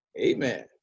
amen